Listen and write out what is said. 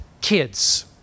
kids